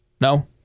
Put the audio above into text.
no